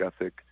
ethic